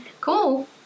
Cool